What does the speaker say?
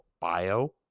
bio